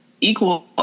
equal